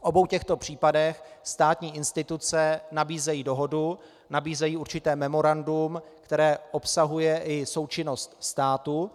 V obou těchto případech státní instituce nabízejí dohodu, nabízejí určité memorandum, které obsahuje i součinnost státu.